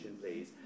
please